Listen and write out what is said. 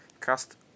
Cast